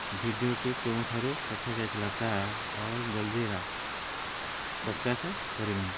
ଭିଡ଼ିଓଟି କେଉଁଠାରୁ ପଠାଯାଇଥିଲା ତାହା ଅଲ୍ ଜଲ୍ ଜିରା ପ୍ରକାଶ କରିନାହିଁ